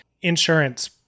insurance